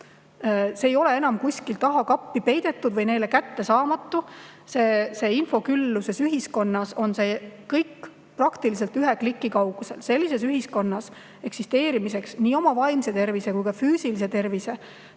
See ei ole enam kuskile taha kappi peidetud ja neile kättesaamatu, infokülluse ühiskonnas on see kõik praktiliselt ühe kliki kaugusel. Sellises ühiskonnas eksisteerimiseks on nii oma vaimse tervise kui ka füüsilise tervise,